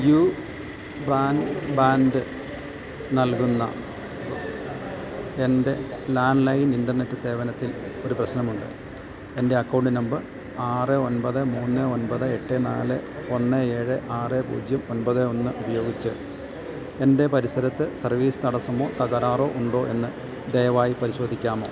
U band നൽകുന്ന എൻ്റെ landline internet സേവനത്തിൽ ഒരു പ്രശ്നമുണ്ട് എൻ്റെ അക്കൗണ്ട് നമ്പർ ആറ് ഒൻപത് മൂന്ന് ഒൻപത് എട്ട് നാല് ഒന്ന് ഏഴ് ആറ് പൂജ്യം ഒൻപത് ഒന്ന് ഉപയോഗിച്ച് എൻ്റെ പരിസരത്ത് സർവീസ് തടസ്സമോ തകരാറോ ഉണ്ടോയെന്ന് ദയവായി പരിശോധിക്കാമോ